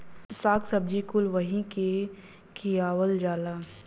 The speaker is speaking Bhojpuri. शाक सब्जी कुल वही के खियावल जाला